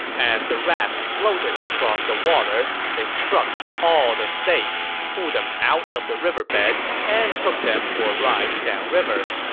as the rafts floated across the water, they struck all the stakes, pulled them out of the riverbed, and took them for a ride down river.